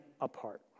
apart